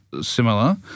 similar